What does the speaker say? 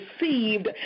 received